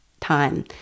time